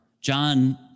John